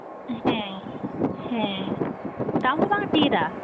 ᱦᱮᱸ ᱦᱮᱸ ᱫᱟᱢᱦᱚ ᱵᱟᱝ ᱰᱷᱤᱨᱟ